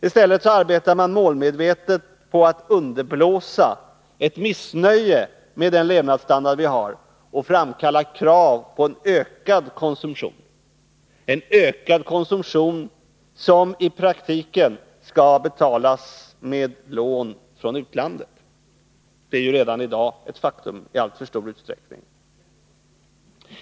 I stället arbetar man målmedvetet på att underblåsa ett missnöje med den levnadsstandard vi har och framkalla krav på en ökad konsumtion, som i praktiken skall betalas med lån från utlandet, vilket redan i dag sker i alltför stor utsträckning.